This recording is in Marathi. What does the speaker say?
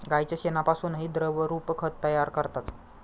गाईच्या शेणापासूनही द्रवरूप खत तयार करतात